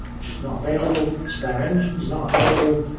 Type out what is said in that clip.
just not available. spare engines, not available.